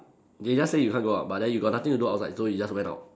they just say you can't go out but then you got nothing to do outside so you just went out